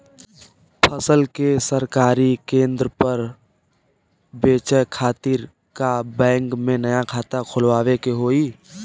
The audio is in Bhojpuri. फसल के सरकारी केंद्र पर बेचय खातिर का बैंक में नया खाता खोलवावे के होई?